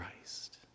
Christ